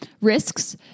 risks